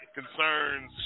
concerns